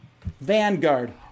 Vanguard